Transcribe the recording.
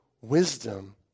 wisdom